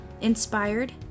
inspired